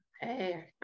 Hey